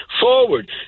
forward